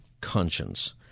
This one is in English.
conscience